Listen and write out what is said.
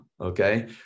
Okay